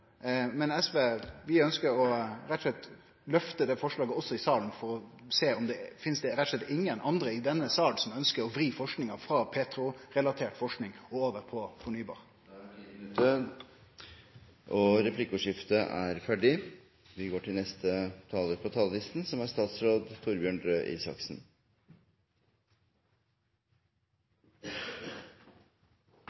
men SV ønskjer å løfte det forslaget også i salen for å sjå om det finst andre i denne salen som ønskjer å vri forskinga frå petrorelatert forsking over til fornybar. Replikkordskiftet er omme. Allerede gjennom barnehagesatsingen, som er